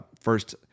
first